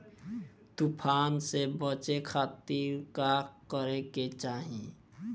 तूफान से बचे खातिर का करे के चाहीं?